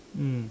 mm